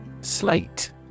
Slate